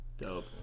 dope